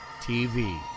TV